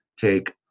take